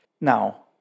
now